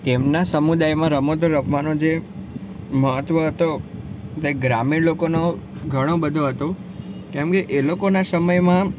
ગેમના સમુદાયમાં રમતો રમવાનો જે મહત્ત્વ હતો તે ગ્રામીણ લોકોનો ઘણો બધો હતું કેમ કે એ લોકોના સમયમાં